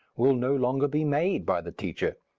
will no longer be made by the teacher.